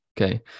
Okay